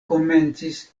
komencis